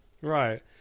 Right